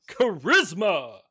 Charisma